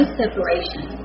separation